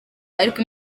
ariko